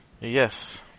Yes